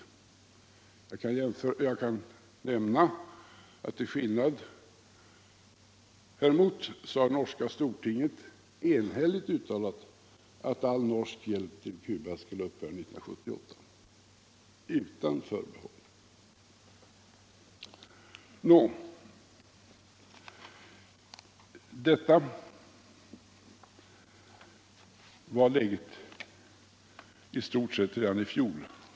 Jag kan nämna att till skillnad häremot det norska stortinget har uttalat att all norsk hjälp till Cuba skall upphöra 1978 — utan förbehåll! Detta var läget i stort sett redan i fjol.